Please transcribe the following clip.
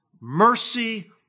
mercy